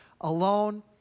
alone